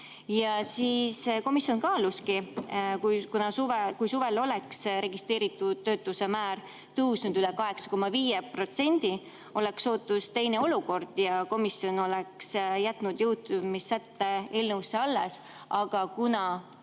Ja siis komisjon kaaluski. Kui suvel oleks registreeritud töötuse määr tõusnud üle 8,5%, oleks sootuks teine olukord ja komisjon oleks jätnud jõustumissätte eelnõusse alles. Aga kuna